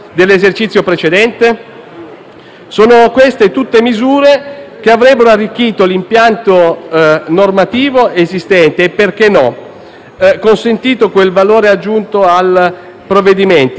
Sono queste tutte misure che avrebbero arricchito l'impianto normativo esistente e, perché no, dato quel valore aggiunto al provvedimento,